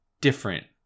different